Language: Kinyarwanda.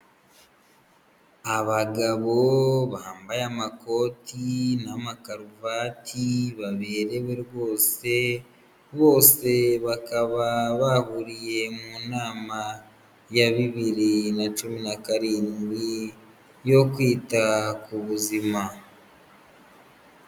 Abagabo bambaye amakoti n'amakaruvati baberewe rwose, bose bakaba bahuriye mu nama ya bibiri na cumi na karindwi yo kwita ku buzima.